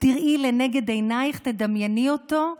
תראי לנגד עינייך, ותדמייני אותו,